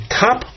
top